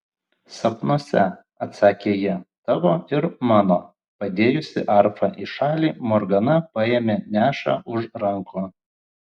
sapnuose atsakė ji tavo ir mano padėjusi arfą į šalį morgana paėmė nešą už rankų